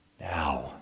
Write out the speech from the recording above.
Now